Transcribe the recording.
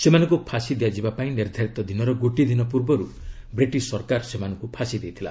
ସେମାନଙ୍କୁ ଫାଶୀ ଦିଆଯିବା ପାଇଁ ନିର୍ଦ୍ଧାରିତ ଦିନର ଗୋଟିଏ ଦିନ ପୂର୍ବରୁ ବ୍ରିଟିଶ ସରକାର ସେମାନଙ୍କୁ ଫାଶୀ ଦେଇଥିଲା